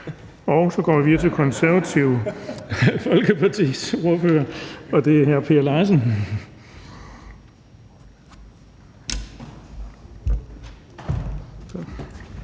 vi videre til Det Konservative Folkepartis ordfører, og det er hr. Per Larsen.